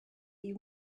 you